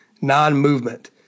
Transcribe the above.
non-movement